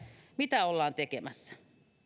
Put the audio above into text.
mitä ollaan tekemässä